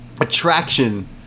Attraction